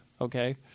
okay